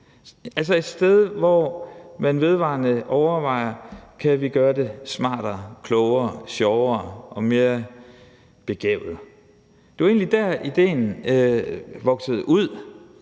altså et sted, hvor man vedvarende overvejer, om man kan gøre det smartere, klogere, sjovere og mere begavet. Det var egentlig ud af det, idéen voksede –